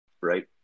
right